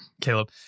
Caleb